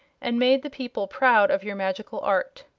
and made the people proud of your magical art.